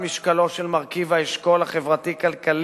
משקלו של מרכיב האשכול החברתי-כלכלי